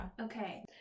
Okay